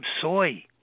soy